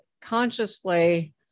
consciously